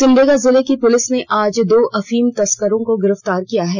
सिमडेगा जिले की पुलिस ने आज दो अफीम तस्करों को गिरफ्तार किया है